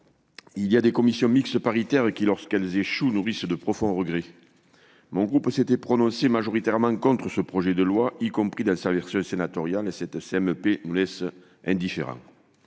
il y a des commissions mixtes paritaires qui, lorsqu'elles échouent, nourrissent de profonds regrets. Mon groupe s'était prononcé majoritairement contre ce projet de loi, y compris dans sa version sénatoriale, et cette commission